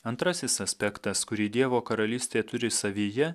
antrasis aspektas kurį dievo karalystė turi savyje